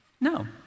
No